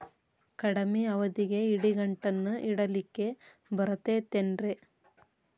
ಕಡಮಿ ಅವಧಿಗೆ ಇಡಿಗಂಟನ್ನು ಇಡಲಿಕ್ಕೆ ಬರತೈತೇನ್ರೇ?